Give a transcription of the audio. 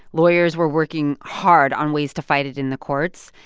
lawyers were working hard on ways to fight it in the courts.